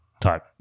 type